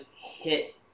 hit